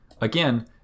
Again